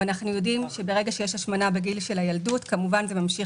אנחנו יודעים שכאשר יש השמנה בגיל הילדות זה כמובן ממשיך